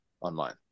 online